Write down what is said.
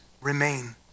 remain